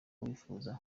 wifuza